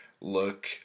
look